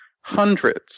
hundreds